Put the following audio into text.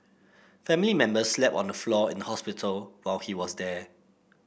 family members slept on the floor in the hospital while he was there